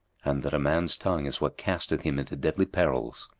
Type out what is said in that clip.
and that a man's tongue is what casteth him into deadly perils?